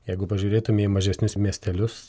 jeigu pažiūrėtume į mažesnius miestelius